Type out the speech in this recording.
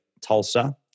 Tulsa